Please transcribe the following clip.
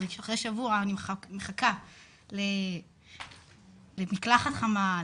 אחרי שבוע אני מחכה למקלחת חמה,